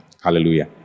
Hallelujah